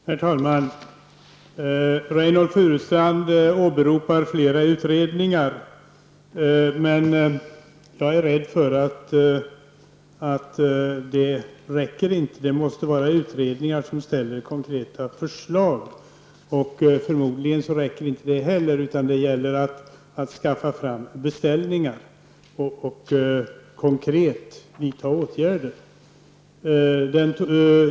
Herr talman! Reynoldh Furustrand åberopar flera utredningar, men jag är rädd för att det inte räcker. Det måste vara utredningar som ställer konkreta förslag. Förmodligen räcker inte de heller, utan det gäller att skaffa fram beställningar och konkret vidta åtgärder.